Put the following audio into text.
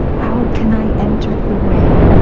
how can i enter the way?